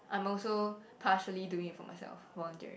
I'm also partially doing it for myself volunteering